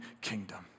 kingdom